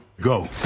Go